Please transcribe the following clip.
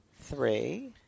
Three